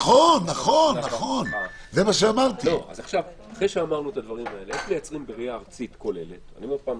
איך מייצרים ראייה ארצית כוללת?